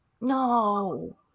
No